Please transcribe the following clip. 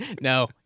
No